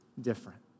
different